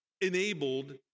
enabled